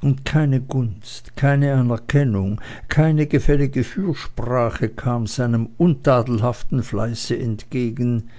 und keine gunst keine anerkennung keine gefällige fürsprache kam seinem untadelhaften fleiße entgegen